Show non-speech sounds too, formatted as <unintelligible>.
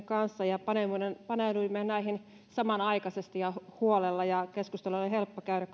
<unintelligible> kanssa paneuduimme näihin samanaikaisesti ja huolella ja keskustelua oli helppo käydä <unintelligible>